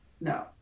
no